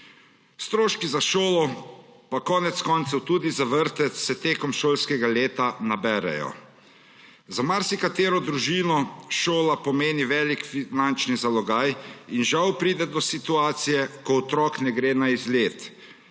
Stroški za šolo, pa konec koncev tudi za vrtec, se tekom šolskega leta naberejo. Za marsikatero družino šola pomeni velik finančni zalogaj in žal pride do situacije, ko otrok ne gre na izlet